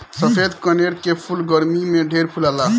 सफ़ेद कनेर के फूल गरमी में ढेर फुलाला